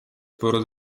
sporo